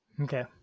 Okay